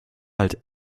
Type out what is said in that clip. halt